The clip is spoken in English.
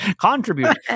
contribute